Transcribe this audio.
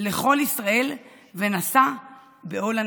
לכל ישראל ונשא בעול הנהגתם.